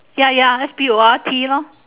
ya ya lets be a wild tea lor